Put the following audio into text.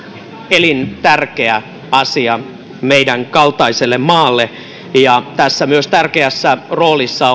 elintärkeä asia meidän kaltaisellemme maalle ja tässä on tärkeässä roolissa